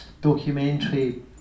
documentary